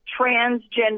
transgender